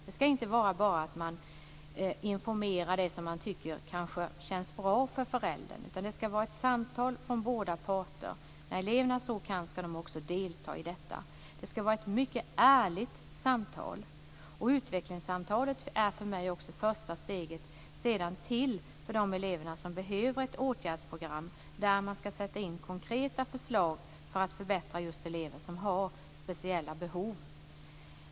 Det skall inte bara vara så att läraren informerar om det som tycks vara viktigt för föräldern, utan det skall vara ett samtal från båda parter. När eleverna så kan skall de också delta i detta. Det skall vara ett mycket ärligt samtal. Utvecklingssamtalet ser jag som första steget för de elever som behöver ett åtgärdsprogram, där man skall sätta in konkreta förslag för att förbättra för just elever som har speciella behov.